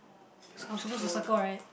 it's countable to circle right